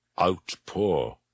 outpour